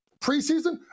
preseason